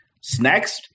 snacks